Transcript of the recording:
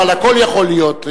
אבל הכול יכול להיות,